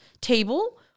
table